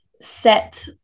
set